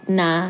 na